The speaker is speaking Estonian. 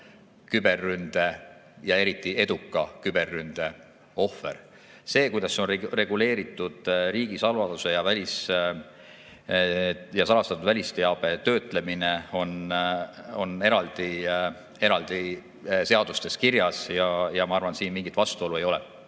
küberründe ja eriti eduka küberründe ohver. See on reguleeritud nii, et riigisaladuse ja salastatud välisteabe töötlemine on eraldi seadustes kirjas. Ma arvan, et siin mingit vastuolu ei ole.